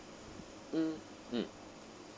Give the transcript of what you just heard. hmm mm